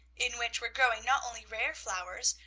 in which were growing not only rare flowers,